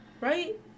right